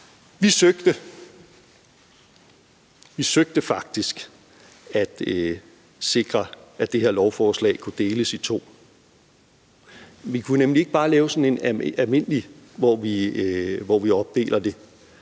Vi søgte faktisk at sikre, at det her lovforslag kunne deles i to, men vi kunne nemlig ikke bare lave det på sådan en almindelig måde, hvor vi opdeler det.